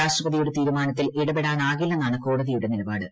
രാഷ്ട്രപതിയുടെ തീരുമാനത്തിൽ ഇടപെടാനാകില്ലെന്നാണ് കോടതിയുടെ നിലപാട്